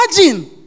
imagine